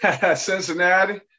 Cincinnati